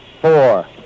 four